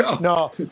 No